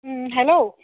hello